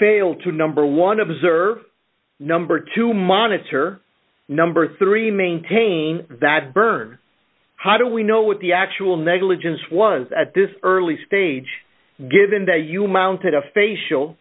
fail to number one observe number two monitor number three maintain that burn how do we know what the actual negligence was at this early stage given that you mounted a facial